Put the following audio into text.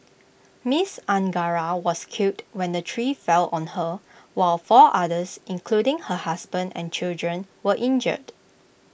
miss Angara was killed when the tree fell on her while four others including her husband and children were injured